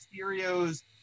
mysterio's